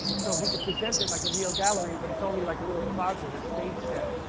so he could present it like a real gallery, but it's only like a little closet or staged set.